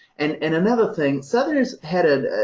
and and another thing, southerners had a.